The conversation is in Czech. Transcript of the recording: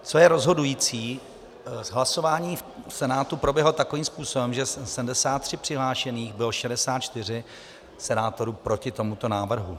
Co je rozhodující hlasování v Senátu proběhlo takovým způsobem, že ze 73 přihlášených bylo 64 senátorů proti tomuto návrhu.